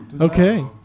Okay